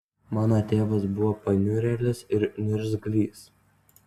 mano tėvas buvo paniurėlis ir niurgzlys